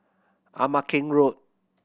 Ama Keng Road